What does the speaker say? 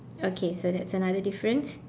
okay so that's another difference